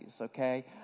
okay